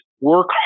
work